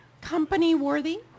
company-worthy